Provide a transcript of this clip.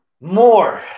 More